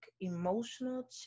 emotional